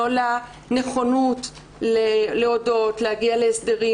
לא על הנכונות להודות, להגיע להסדרים.